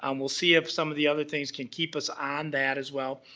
um we'll see if some of the other things can keep us on that as well,